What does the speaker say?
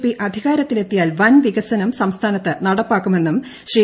P അധികാരത്തിലെത്തിയാൽ വൻ വികസനം സംസ്ഥാനത്ത് നടപ്പാക്കുമെന്നും ശ്രീ